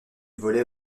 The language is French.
volait